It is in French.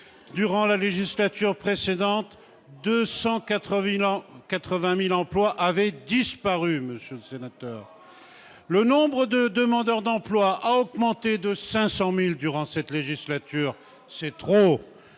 Durant la législature précédente, 280 000 emplois avaient disparu ! Et combien de chômeurs de plus ? Le nombre des demandeurs d'emploi a augmenté de 500 000 durant cette législature. C'est trop,